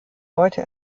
heute